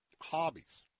Hobbies